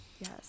yes